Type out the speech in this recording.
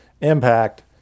impact